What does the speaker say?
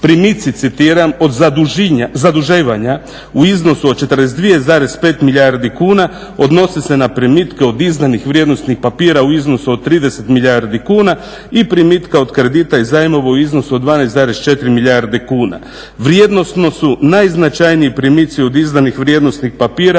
citiram, od zaduživanja u iznosu od 42,5 milijardi kuna odnose se na primitke od izdanih vrijednosnih papira u iznosu od 30 milijardi kuna i primitka od kredita iz zajmova u iznosu od 12,4 milijarde kuna. Vrijednosno su najznačajniji primici od izdanih vrijednosnih papira